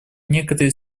некоторые